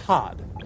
Todd